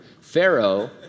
Pharaoh